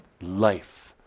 life